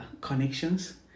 connections